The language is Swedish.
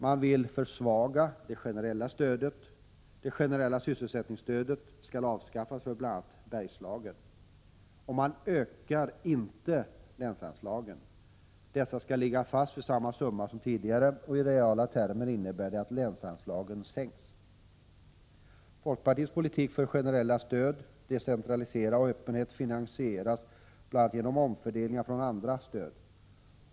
Man vill försvaga det generella stödet. Det generella sysselsättningsstödet skall avskaffas för bl.a. Bergslagen. Och man ökar inte länsanslagen. Dessa skall ligga fast vid samma summa som tidigare. I reala termer innebär detta att länsanslagen sänks. Folkpartiets politik för generella stöd, decentralisering och öppenhet finansieras bl.a. genom omfördelningar från andra stöd.